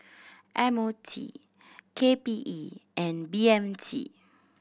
M O T K P E and B M T